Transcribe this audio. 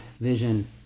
vision